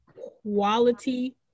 quality